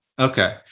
Okay